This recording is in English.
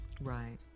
Right